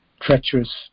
treacherous